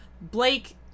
Blake